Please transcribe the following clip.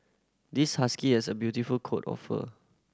this husky has a beautiful coat of fur